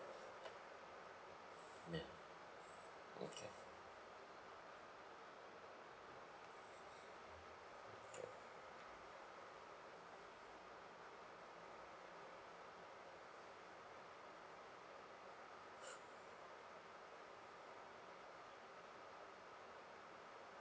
ya okay